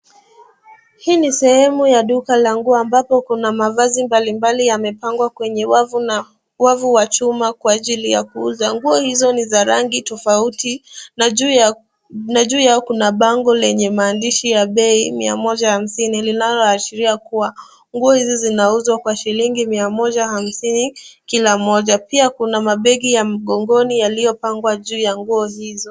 Hii ni sehemu ya duka la nguo ambapo kuna mavazi mbalimbali yamepungua kwenye wavu wa chuma Kwa ajili ya kuuza. Nguo hizo ni za rangi tofauti na juu Yao kuna bango lenye maandishi ya bei mia moja hamsini, linaloashiria kuwa nguo hizi zinauzwa Kwa shilingi Mia moja hamsini kila moja. Pia kuna mabegi ya mgongoni yaliyopangwa juu ya nguo hizo.